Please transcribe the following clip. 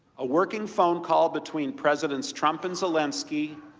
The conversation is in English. a working phone call between presidents trump and zelensky.